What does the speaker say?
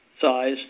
size